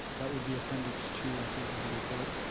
that would be appendix two i think, of the report.